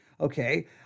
Okay